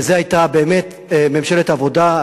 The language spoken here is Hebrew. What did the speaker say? וזו היתה באמת ממשלת העבודה,